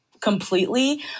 completely